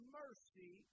mercy